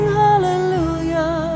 hallelujah